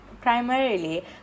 primarily